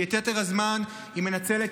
כי את יתר הזמן היא מנצלת,